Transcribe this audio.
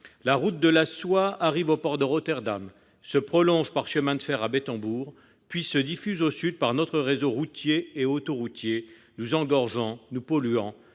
La route de la soie arrive au port de Rotterdam, se prolonge par le chemin de fer jusqu'à Bettembourg, puis se diffuse vers le sud par notre réseau routier et autoroutier, nous engorgeant, nous polluant.